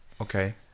Okay